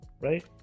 Right